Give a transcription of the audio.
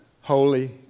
holy